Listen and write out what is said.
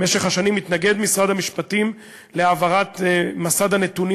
במשך השנים התנגד משרד המשפטים להעברת מסד הנתונים